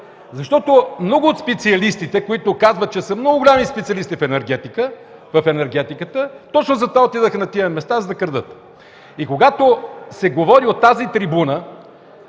Защото много от специалистите, които казват, че са много големи специалисти в енергетиката, точно затова отидоха на тези места – за да крадат. Когато говорят от тази трибуна